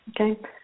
Okay